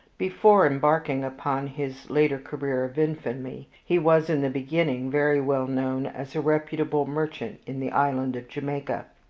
before embarking upon his later career of infamy, he was, in the beginning, very well known as a reputable merchant in the island of jamaica.